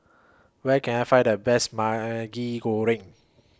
Where Can I Find The Best Maggi Goreng